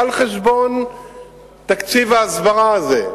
על-חשבון תקציב ההסברה הזה,